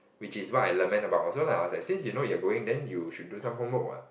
which is what I lament about also lah I was like since you know you're going then you should do some homework what